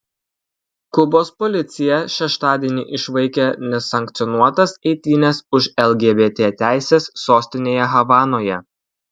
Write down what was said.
kubos policija šeštadienį išvaikė nesankcionuotas eitynes už lgbt teises sostinėje havanoje